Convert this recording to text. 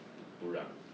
不不让